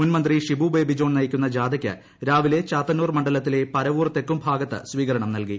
മുൻമന്ത്രി ഷിബു ബേബിജോൺ നയിക്കുന്ന ജാഥയ്ക്ക് രാവിലെ ചാത്തന്നൂർ മണ്ഡലത്തിലെ പരവൂർ തെക്കുംഭാഗത്ത് സ്വീകരണം നൽക്കി